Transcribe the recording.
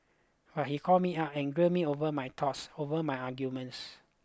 but he called me up and grilled me over my thoughts over my arguments